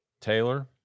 Taylor